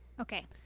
Okay